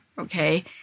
Okay